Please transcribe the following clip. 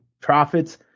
profits